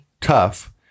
tough